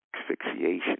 Asphyxiation